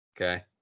Okay